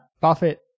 Buffett